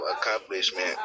accomplishment